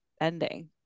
ending